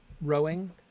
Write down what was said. rowing